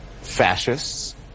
fascists